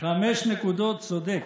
חמש נקודות, צודק.